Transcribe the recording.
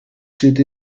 zit